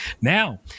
now